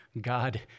God